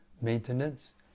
maintenance